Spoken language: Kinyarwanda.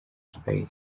space